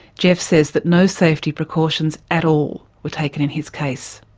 geoff says that no safety precautions at all were taken in his case.